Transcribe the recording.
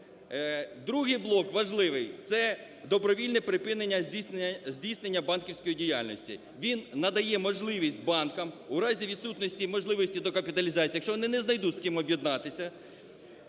Другий блок важливий – це добровільне припинення здійснення банківської діяльності. Він надає можливість банкам у разі відсутності можливості докапіталізації, якщо вони не знайдуть, з ким об'єднатися,